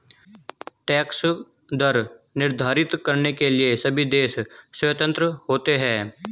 tax दर निर्धारित करने के लिए सभी देश स्वतंत्र होते है